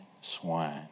swine